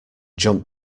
jumped